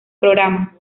programa